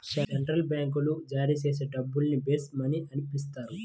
central బ్యాంకులు జారీ చేసే డబ్బుల్ని బేస్ మనీ అని పిలుస్తారు